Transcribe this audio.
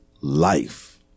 life